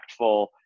impactful